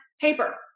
paper